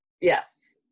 Yes